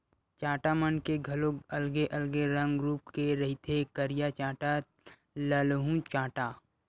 चाटा मन के घलोक अलगे अलगे रंग रुप के रहिथे करिया चाटा, ललहूँ चाटा